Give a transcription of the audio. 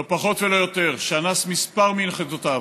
לא פחות ולא יותר, שאנס כמה מנכדותיו,